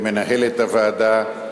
למנהלת הוועדה,